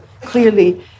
clearly